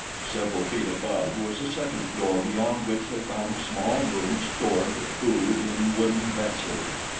several feet above was a second door beyond which they found a small room stored with food in wooden vessels.